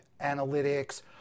analytics